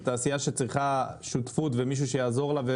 זו תעשייה שצריכה שותפות ומישהו שיעזור לה,